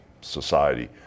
society